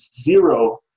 zero